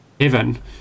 heaven